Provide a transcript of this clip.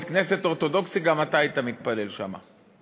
בית-כנסת אורתודוקסי, גם אתה היית מתפלל שם.